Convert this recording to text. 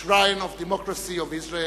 shrine of democracy of Israel.